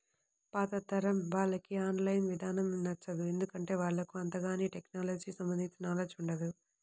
పాతతరం వాళ్లకి online ఇదానం నచ్చదు, ఎందుకంటే వాళ్లకు అంతగాని టెక్నలజీకి సంబంధించిన నాలెడ్జ్ ఉండదు